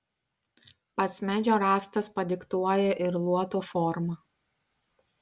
pats medžio rąstas padiktuoja ir luoto formą